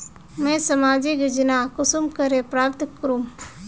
मुई सामाजिक योजना कुंसम करे प्राप्त करूम?